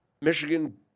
Michigan